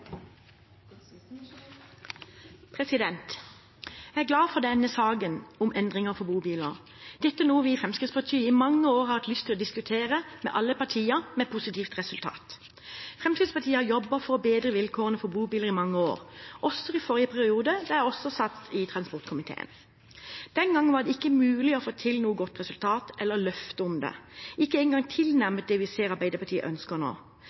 Jeg er glad for denne saken om endringer for bobiler. Dette er noe vi i Fremskrittspartiet i mange år har hatt lyst til å diskutere med alle partier med positivt resultat. Fremskrittspartiet har jobbet for å bedre vilkårene for bobiler i mange år, også i forrige periode, da jeg også satt i transportkomiteen. Den gang var det ikke mulig å få til noe godt resultat eller løfte om det, ikke engang tilnærmet det vi ser Arbeiderpartiet ønsker